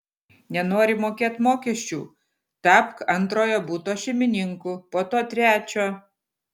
nenori mokėt mokesčių tapk antrojo buto šeimininku po to trečio